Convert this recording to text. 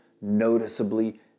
noticeably